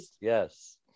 yes